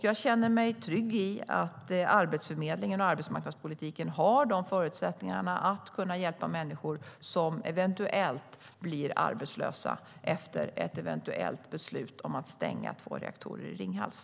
Jag känner mig trygg i att Arbetsförmedlingen och arbetsmarknadspolitiken har förutsättningar att hjälpa människor som eventuellt blir arbetslösa efter ett eventuellt beslut om att stänga två reaktorer i Ringhals.